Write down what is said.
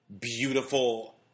beautiful